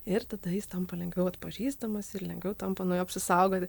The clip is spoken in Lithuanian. ir tada jis tampa lengviau atpažįstamas ir lengviau tampa nuo jo apsisaugoti